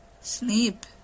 sleep